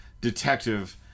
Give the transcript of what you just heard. detective